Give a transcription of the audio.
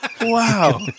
Wow